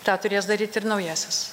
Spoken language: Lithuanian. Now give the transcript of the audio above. tą turės daryt ir naujasis